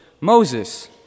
Moses